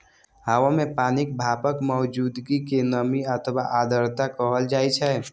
हवा मे पानिक भापक मौजूदगी कें नमी अथवा आर्द्रता कहल जाइ छै